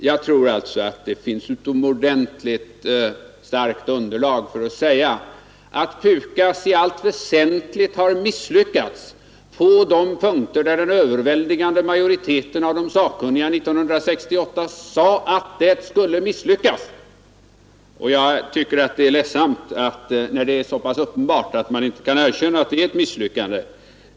Jag tror alltså att det finns ett utomordentligt starkt underlag för att säga att PUKAS i allt väsentligt har misslyckats på de punkter där den överväldigande majoriteten av sakkunniga 1968 sade att det skulle misslyckas. Jag tycker med hänsyn till att detta är så pass uppenbart att det är ledsamt att man inte kan erkänna att det är fråga om ett misslyckande.